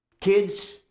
kids